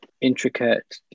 intricate